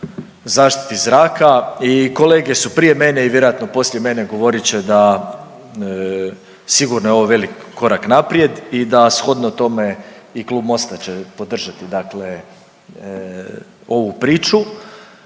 zaštiti zraka i kolege su prije mene i vjerojatno poslije mene govorit će da sigurno je ovaj korak naprijed i da shodno tome i Klub MOST-a će podržati dakle ovu priču,